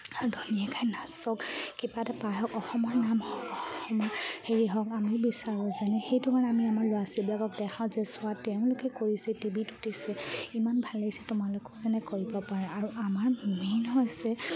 আৰু ধুনীয়াকৈ নাচক কিবা এটা পাই আহক অসমৰ নাম হওক অসমৰ হেৰি হওক আমি বিচাৰোঁ যেনে সেইটো কাৰণে আমি আমাৰ ল'ৰা ছোৱীবিলাকক দেখাওঁ যে চোৱা তেওঁলোকে কৰিছে টি ভিত উঠিছে ইমান ভাল লাগিছে তোমালোকেও এনে কৰিব পাৰা আৰু আমাৰ মেইন হৈছে